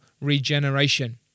regeneration